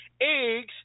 eggs